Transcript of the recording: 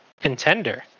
Contender